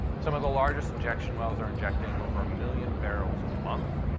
some of the largest injection wells are injecting over a million barrels a month.